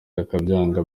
akabyanga